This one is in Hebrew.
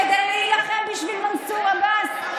כדי להילחם בשביל מנסור עבאס?